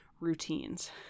routines